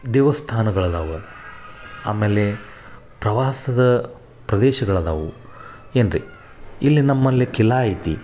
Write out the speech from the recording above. ದೇವಸ್ಥಾನಗಳು ಅದಾವ ಆಮೇಲೆ ಪ್ರವಾಸದ ಪ್ರದೇಶಗಳದವೆ ಏನು ರಿ ಇಲ್ಲಿ ನಮ್ಮಲ್ಲಿ ಕಿಲಾ ಐತಿ